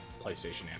PlayStation